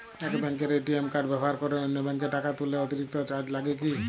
এক ব্যাঙ্কের ATM card ব্যবহার করে অন্য ব্যঙ্কে টাকা তুললে অতিরিক্ত চার্জ লাগে কি?